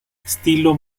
estilo